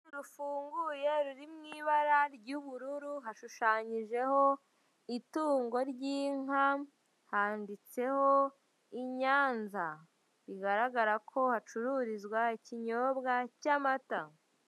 Urugi rufunguye ruri mu ibara ry'ubururu hashushanyijeho itungo ry'nka handitseho i Nyanza. Bigaragara ko hacururizwa ikinyobwa cy'amata.